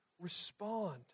respond